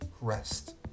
rest